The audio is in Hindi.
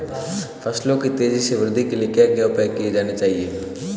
फसलों की तेज़ी से वृद्धि के लिए क्या उपाय किए जाने चाहिए?